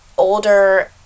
Older